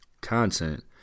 Content